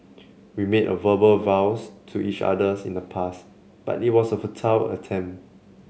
we made a verbal vows to each others in the past but it was a futile attempt